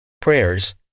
prayers